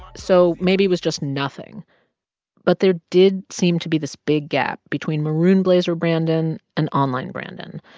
so maybe it was just nothing but there did seem to be this big gap between maroon blazer brandon and online brandon.